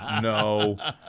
No